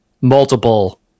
multiple